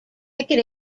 ticket